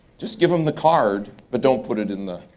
just give him the card but don't put it in the,